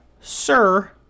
Sir